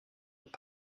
were